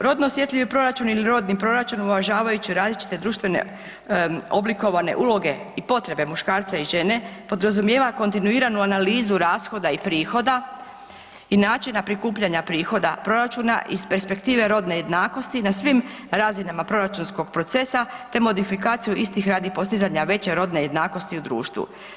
Rodno osjetljivi proračun ili rodni proračun uvažavajući različite društvene oblikovane uloge i potrebe muškaraca i žene podrazumijeva kontinuirano analizu rashoda i prihoda i načina prikupljanja prihoda proračuna iz perspektive rodne jednakosti na svim razinama proračunskog procesa te modifikaciju istih radi postizanja veće rodne jednakosti u društvu.